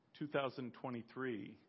2023